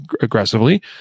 aggressively